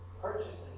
purchases